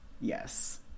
Yes